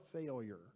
failure